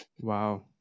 Wow